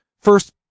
first